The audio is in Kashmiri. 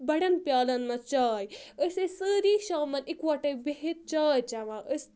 بَڑؠن پیالَن منٛز چاے أسۍ ٲسۍ سٲری شامَن اِکوَٹَے بِہِتھ چاے چؠوان أسۍ